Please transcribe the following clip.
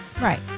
Right